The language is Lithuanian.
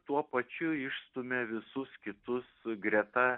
tuo pačiu išstumia visus kitus greta